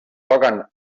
toquen